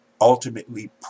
ultimately